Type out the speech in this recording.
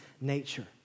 nature